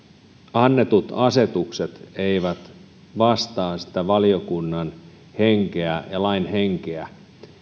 annetut asetukset eivät vastaa sitä valiokunnan henkeä ja lain henkeä